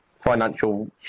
financial